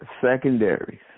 secondaries